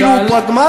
כאילו הוא פרגמטי.